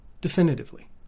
definitively